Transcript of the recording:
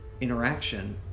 interaction